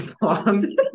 bomb